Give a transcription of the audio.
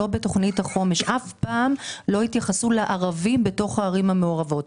אף פעם לא התייחסו לערבים בתוך הערים המעורבות,